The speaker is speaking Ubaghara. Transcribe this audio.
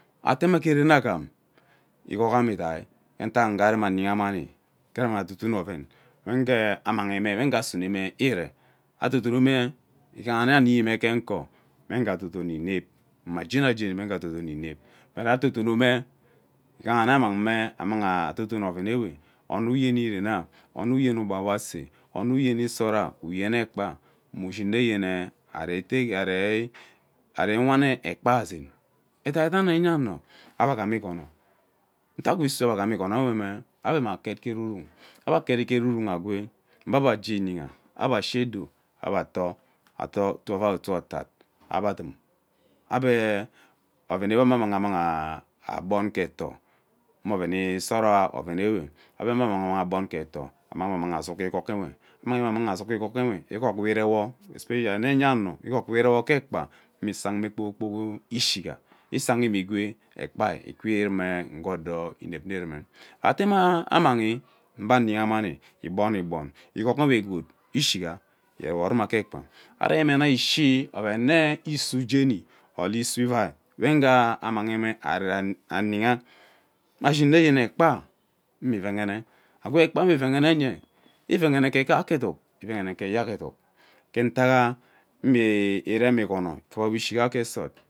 Ate mme ge ren agham igogha mme idai ntak nge agama aghama ayiha mami aghagama dotowo oven uege mahime wegee asuneme iree atoneme igatoo atoo ebe ato uto ovai haha nne animime ge uko oven uga toto inep mma jeni jeni, maghe toonyo inep ntak atonome ighaha ammangme atotowe oven ewe one uyeni ren na ono uyani ugba we ase ono yeni sora uyeni ekpa nwu shini nneyene ari take ari wan ekpaa zeen adaidan enye ano ebe aghama igono ntak we isu ebe aghama igonoynye, mme ebe nwe aket ke vuvun agwee ngba ebe age iyiha ebe ashi edu ebe atoo atoo ebe ato uto ovai or uto otad ebe adum ebe oven ewema ammang agbon ge etor ebe adum ebe oven ewema ammang agbon ge etor mme oven isora oven ewe ebe ammang agbon ke tor ammang me azug ge atr igog uwe irewo especially yee enyano igog we irewo ge ekpa mme isangme kpoor kpok izang ishiga isang mme igwe ekpa irume ate mamaghi agba ayiha mani ekpa igbon igbon igog eme gwood ishiga irere wuma ge ekpa erema nna ishi oven mme uto jeni or isye ivai we ugha ammangme ayiha me ashin nne ekpa nwe iveghene egwe ekpa iveghene nye iveghene ke kaeke eduk iveghene ke kaeke eduk gee utak mme rem igono ikuka ishiga gee sot.